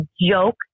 joke